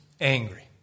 angry